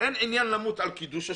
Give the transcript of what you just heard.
אין עניין למות על קידוש השם,